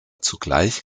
zugleich